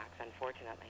unfortunately